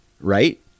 right